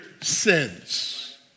sins